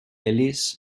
ellis